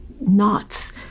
knots